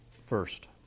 first